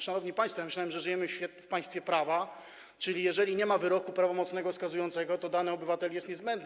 Szanowni państwo, myślałem, że żyjemy w państwie prawa, czyli jeżeli nie ma wyroku prawomocnego skazującego, to dany obywatel jest niewinny.